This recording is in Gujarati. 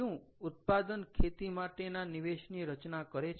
શું ઉત્પાદન ખેતી માટેના નિવેશની રચના કરે છે